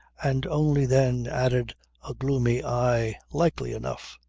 and only then added a gloomy aye, likely enough,